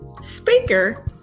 speaker